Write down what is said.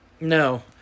No